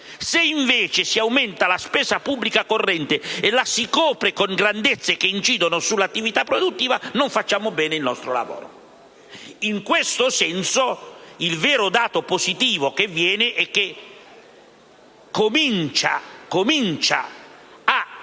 Se, invece, aumentiamo la spesa pubblica corrente e la copriamo con grandezze che incidono sull'attività produttiva non facciamo bene il nostro lavoro. In questo senso, il vero dato positivo che riscontriamo è che comincia a